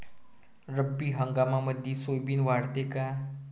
रब्बी हंगामामंदी सोयाबीन वाढते काय?